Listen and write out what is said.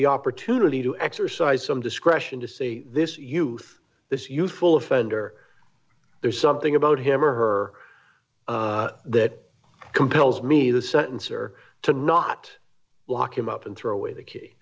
the opportunity to exercise some discretion to say this youth this youthful offender there's something about him or her that compels me the sentence or to not lock him up and throw away the